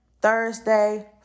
Thursday